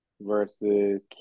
versus